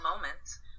moments